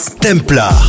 Templar